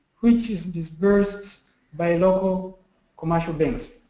which is disbursed by local commercial banks.